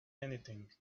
anything